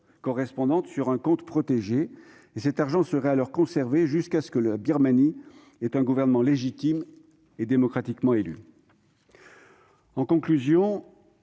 correspondantes sur un compte protégé. Cet argent serait alors conservé jusqu'à ce que la Birmanie ait un gouvernement légitime et démocratiquement élu. En conclusion,